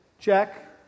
check